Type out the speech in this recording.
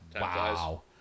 Wow